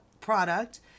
product